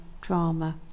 Drama